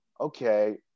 okay